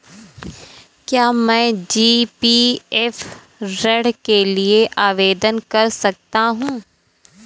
क्या मैं जी.पी.एफ ऋण के लिए आवेदन कर सकता हूँ?